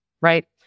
right